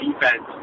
defense